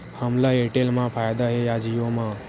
हमला एयरटेल मा फ़ायदा हे या जिओ मा?